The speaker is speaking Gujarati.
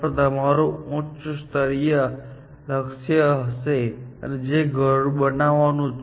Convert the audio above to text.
જ્યાં ટોચના સ્તર પર તમારું ઉચ્ચ સ્તરીય લક્ષ્ય હશે જે ઘર બનાવવાનું છે